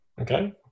Okay